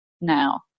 Now